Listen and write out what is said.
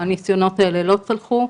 הניסיונות האלה לא צלחו.